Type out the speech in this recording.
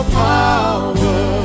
power